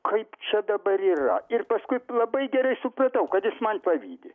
kaip čia dabar yra ir paskui labai gerai supratau kad jis man pavydi